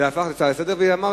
זה הפך להצעה לסדר-היום.